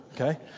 okay